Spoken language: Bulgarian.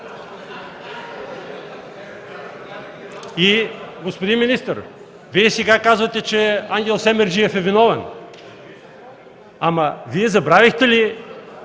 И, господин министър, Вие сега казвате, че Ангел Семерджиев е виновен. Ама Вие забравихте ли,